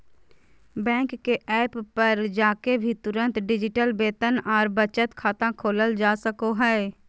bank के app पर जाके भी तुरंत डिजिटल वेतन आर बचत खाता खोलल जा सको हय